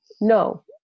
no